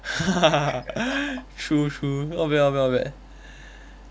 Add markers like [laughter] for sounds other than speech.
[laughs] true true not bad not bad not bad